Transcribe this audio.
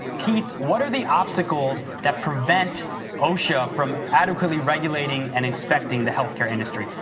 keith, what are the obstacles that prevent osha from adequately regulating and inspecting the health-care industry?